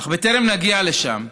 אך בטרם נגיע לשם,